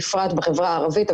בפרט בחברה הערבית,